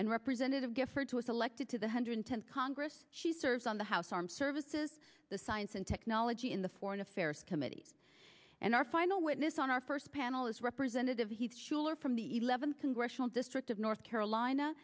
and representative giffords who was elected to the hundred tenth congress she serves on the house armed services the science and technology in the foreign affairs committee and our final witness on our first panel is representative heath shuler from the eleventh congressional district of north carolina